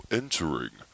entering